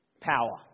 power